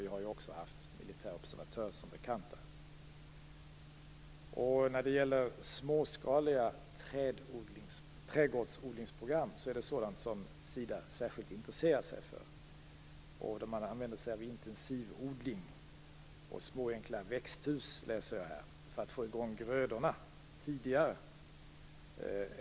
Vi har ju också haft militära observatörer där, som bekant. Småskaliga trädgårdsodlingsprogram är sådant som Sida särskilt intresserar sig för. Man använder sig av intensivodling och små enkla växthus för att få i gång grödorna tidigare.